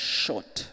shot